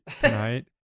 tonight